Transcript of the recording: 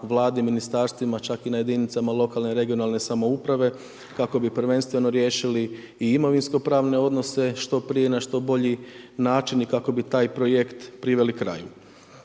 Vladi, ministarstvima, čak i na jedinicama lokalne regionalne samouprave kako bi prvenstveno riješili i imovinskopravne odnose što prije, na što bolji način i kako bi taj projekt priveli kraju.